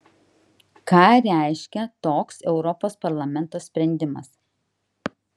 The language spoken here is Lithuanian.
ką reiškia toks europos parlamento sprendimas